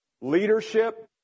leadership